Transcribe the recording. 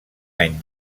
any